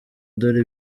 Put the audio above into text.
dore